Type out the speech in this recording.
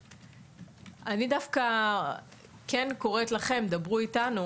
אני קוראת לכם דברו אתנו